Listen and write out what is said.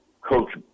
Coach